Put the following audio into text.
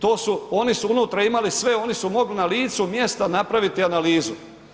To su, oni su unutra imali sve, oni su mogli na licu mjesta napraviti analizu.